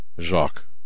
Jacques